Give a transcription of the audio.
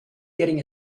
getting